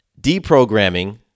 deprogramming